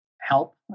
help